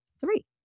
three